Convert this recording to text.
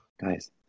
guys